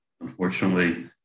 unfortunately